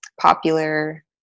popular